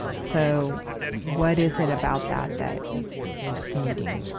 so what is it about that that is needing